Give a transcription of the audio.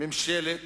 ממשלת